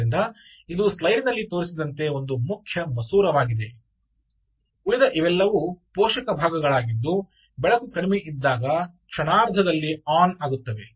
ಆದ್ದರಿಂದ ಇದು ಸ್ಲೈಡಿನಲ್ಲಿ ತೋರಿಸಿದಂತೆ ಒಂದು ಮುಖ್ಯ ಮಸೂರವಾಗಿದೆ ಉಳಿದ ಇವೆಲ್ಲವೂ ಪೋಷಕ ಭಾಗಗಳಾಗಿದ್ದು ಬೆಳಕು ಕಡಿಮೆ ಇದ್ದಾಗ ಕ್ಷಣಾರ್ಧದಲ್ಲಿ ಆನ್ ಆಗುತ್ತವೆ